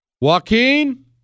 Joaquin